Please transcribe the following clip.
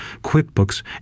QuickBooks